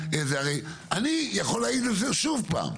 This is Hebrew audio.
אני יכול להעיד על זה שוב פעם,